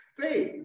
faith